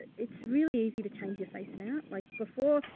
it's really easy to change. if i snap, like before,